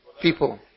people